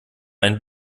ein